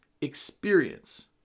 experience